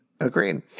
Agreed